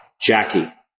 Jackie